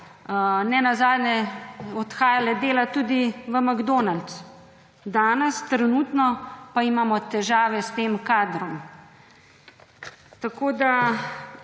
nenazadnje odhajale delat tudi v McDonald's. Danes trenutno pa imamo težave s tem kadrom. Tako